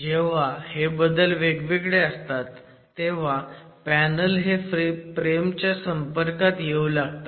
जेव्हा हे बदल वेगवेगळे असतात तेव्हा पॅनल हे फ्रेम च्या संपर्कात येऊ लागते